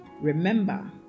Remember